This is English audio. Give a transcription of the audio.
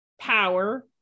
power